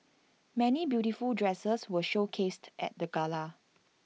many beautiful dresses were showcased at the gala